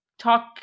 talk